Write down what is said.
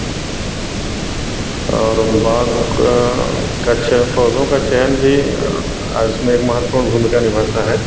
और बाग का का चयन पौधों का चयन भी उसमें एक महत्वपूर्ण भूमिका निभाता है